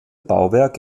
bauwerk